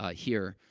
ah here